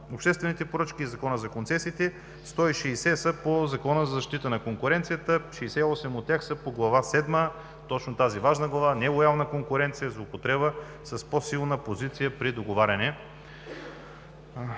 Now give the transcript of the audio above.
обществените поръчки и Закона за концесиите, 160 са по Закона за защита на конкуренцията, 68 от тях са по Глава седма – точно тази важна Глава – „Нелоялна конкуренция. Злоупотреба с по-силна позиция при договаряне.“